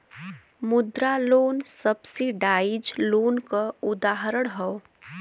मुद्रा loan subsidise loan क उदाहरण हौ